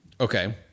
Okay